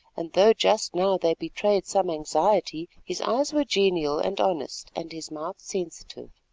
and though just now they betrayed some anxiety, his eyes were genial and honest, and his mouth sensitive.